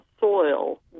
soil